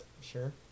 Sure